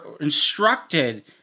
instructed